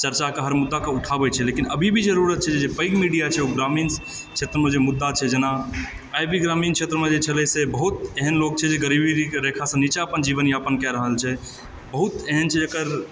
चरचा के हर मुदा के उठाबै छै लेकिन अभी भी ज़रूरत छै जे पैघ मीडिया छै ओ ग्रामीण क्षेत्रमे जे मुद्दा छै जेना आइ भी ग्रामीण क्षेत्रमे जे छलै बहुत एहन लोक छै जे गरीबी रेखा सॅं नीचाँ अपन जीवन यापन कए रहल छै बहुत एहन छै जेकर